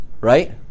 Right